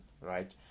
right